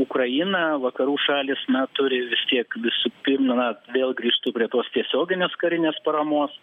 ukrainą vakarų šalys na turi vis tiek visų pirma na vėl grįžtu prie tos tiesioginės karinės paramos